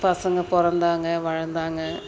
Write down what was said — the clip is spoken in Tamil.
பசங்க பிறந்தாங்க வளந்தாங்க